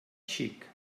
xic